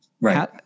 Right